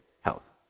Health